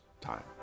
time